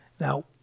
Now